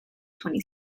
twenty